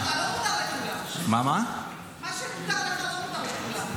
מה שמותר לך, לא מותר לכולם.